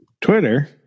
Twitter